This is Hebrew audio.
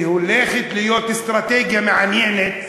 והולכת להיות אסטרטגיה מעניינת,